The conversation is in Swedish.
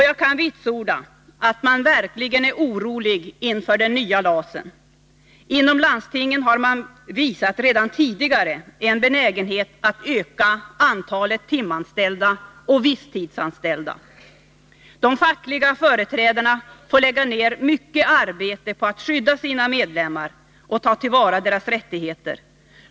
Jag kan vitsorda att man verkligen är orolig inför den nya utformningen av LAS. Landstingen har redan tidigare visat benägenhet att öka antalet timanställda och visstidsanställda. De fackliga företrädarna får lägga ner mycket arbete på att skydda sina medlemmar och ta till vara deras rättigheter.